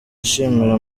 ashimira